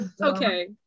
Okay